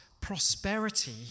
prosperity